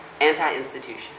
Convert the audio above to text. Anti-institution